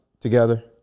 together